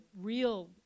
real